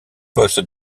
postes